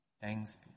Thanks